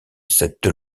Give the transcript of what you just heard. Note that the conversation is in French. cette